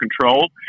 control